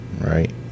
right